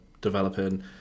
developing